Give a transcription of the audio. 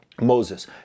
Moses